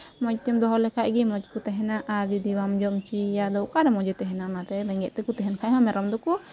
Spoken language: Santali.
ᱢᱚᱡᱽ ᱛᱮᱢ ᱫᱚᱦᱚ ᱞᱮᱠᱷᱟᱡ ᱢᱚᱡᱽ ᱠᱚ ᱛᱟᱦᱮᱱᱟ ᱟᱨ ᱡᱚᱫᱤ ᱵᱟᱢ ᱡᱚᱢ ᱦᱚᱪᱚᱭᱟ ᱟᱫᱚ ᱚᱠᱟᱨᱮ ᱢᱚᱡᱽᱼᱮ ᱛᱟᱦᱮᱱᱟ ᱚᱱᱟᱛᱮ ᱨᱮᱸᱜᱮᱡ ᱛᱮᱠᱚ ᱛᱟᱦᱮᱱ ᱠᱷᱟᱡ ᱦᱚᱸ ᱢᱮᱨᱚᱢ ᱫᱚᱠᱚ